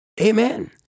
Amen